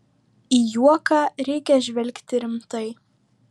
į juoką reikia žvelgti rimtai